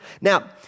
Now